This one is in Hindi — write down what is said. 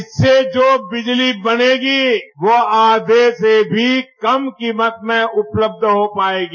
इससे जो बिजली बनेगी वह आधे से भी कम कीमत में उपलब्ध हो पायेगी